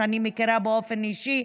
שאני מכירה באופן אישי,